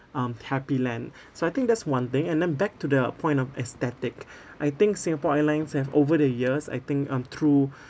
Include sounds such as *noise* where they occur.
um happy land *breath* so I think that's one thing and then back to the point of aesthetic *breath* I think Singapore Airlines have over the years I think um through *breath*